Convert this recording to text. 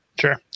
sure